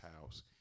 house